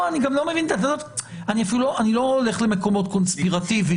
אני לא הולך למקומות קונספרטיביים.